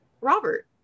Robert